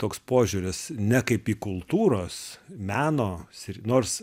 toks požiūris ne kaip į kultūros meno sri nors